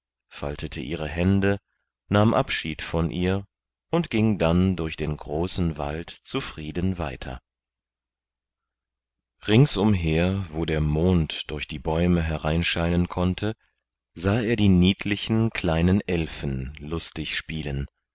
faltete ihre hände nahm abschied von ihr und ging dann durch den großen wald zufrieden weiter ringsumher wo der mond durch die bäume hereinscheinen konnte sah er die niedlichen kleinen elfen lustig spielen